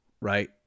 right